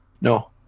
No